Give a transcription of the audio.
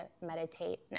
meditate